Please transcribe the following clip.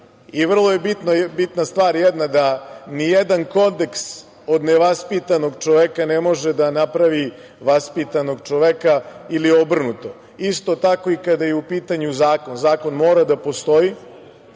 i vrlo je bitna jedna stvar da nijedan kodeks od nevaspitanog čoveka ne može da napravi vaspitanog čoveka ili obrnuto. Isto je tako i kada je u pitanju zakon. Zakon mora da postoji,